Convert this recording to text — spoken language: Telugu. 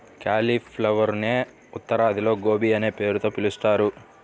క్యాలిఫ్లవరునే ఉత్తరాదిలో గోబీ అనే పేరుతో పిలుస్తారు